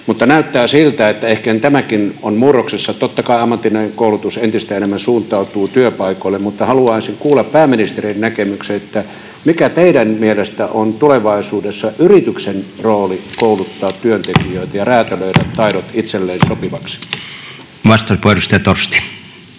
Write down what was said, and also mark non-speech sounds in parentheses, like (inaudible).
mutta näyttää siltä, että ehkä tämäkin on murroksessa. Totta kai ammatillinen koulutus entistä enemmän suuntautuu työpaikoille, mutta haluaisin kuulla pääministerin näkemyksen siitä, mikä teidän mielestänne on tulevaisuudessa yrityksen rooli kouluttaa (noise) työntekijöitä ja räätälöidä taidot itselleen sopivaksi. [Speech 54]